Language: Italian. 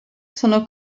sono